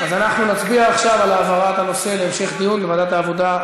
אז אנחנו נצביע על העברת הנושא להמשך דיון בוועדת העבודה,